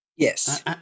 Yes